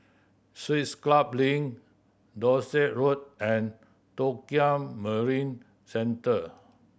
Swiss Club Link Dorset Road and Tokio Marine Centre